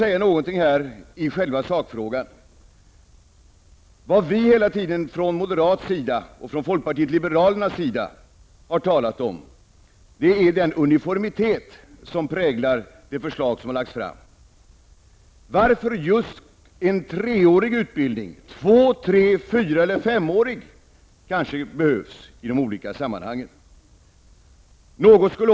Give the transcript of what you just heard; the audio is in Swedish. När det gäller själva sakfrågan har vi moderater och folkpartister hela tiden talat om den uniformitet som präglar det förslag som har lagts fram. Varför just en treårig utbildning? Det kanske behövs en två-, tre-, fyra eller femårig utbildning i de olika sammanhangen.